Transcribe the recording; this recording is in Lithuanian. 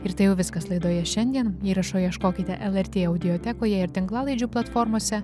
ir tai jau viskas laidoje šiandien įrašo ieškokite lrt audiotekoje ir tinklalaidžių platformose